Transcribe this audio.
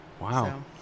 Wow